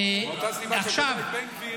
מאותה סיבה שהוצאת את בן גביר, כבוד היושב-ראש.